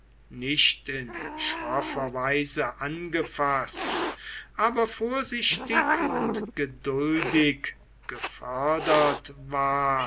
nicht in schroffer weise angefaßt aber vorsichtig und geduldig gefördert ward